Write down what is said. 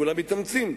כולם מתאמצים,